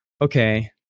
okay